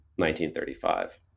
1935